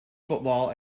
football